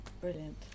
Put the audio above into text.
brilliant